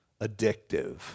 addictive